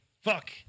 Fuck